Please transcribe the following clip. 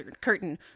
curtain